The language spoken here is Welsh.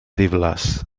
ddiflas